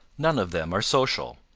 none of them are social.